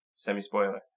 Semi-spoiler